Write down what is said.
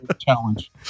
Challenge